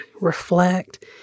reflect